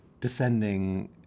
descending